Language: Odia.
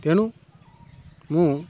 ତେଣୁ ମୁଁ